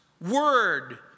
word